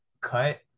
Cut